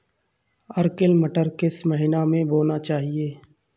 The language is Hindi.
अर्किल मटर किस महीना में बोना चाहिए?